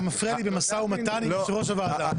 אתה מפריע במשא-ומתן עם יושב-ראש הוועדה.